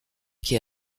qui